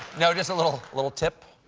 know, just a little little tip?